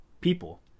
people